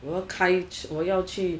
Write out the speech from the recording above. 我要开我要去